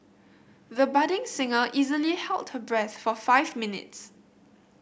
the budding singer easily held her breath for five minutes